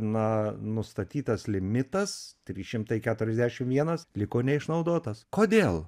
na nustatytas limitas trys šimtai keturiasdešim vienas liko neišnaudotas kodėl